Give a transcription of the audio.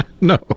No